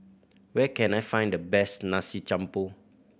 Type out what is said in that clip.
where can I find the best Nasi Campur